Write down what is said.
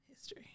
history